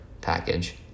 package